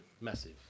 massive